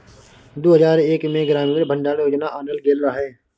दु हजार एक मे ग्रामीण भंडारण योजना आनल गेल रहय